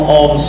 on